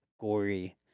gory